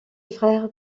frères